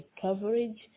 coverage